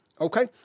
Okay